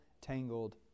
tangled